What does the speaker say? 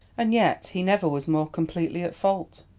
and yet he never was more completely at fault.